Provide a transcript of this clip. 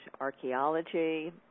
archaeology